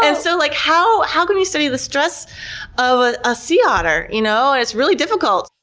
and so, like how how can we study the stress of a ah sea otter? you know it's really difficult.